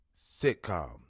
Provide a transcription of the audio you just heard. sitcom